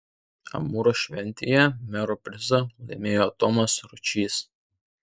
amūro šventėje mero prizą laimėjo tomas ručys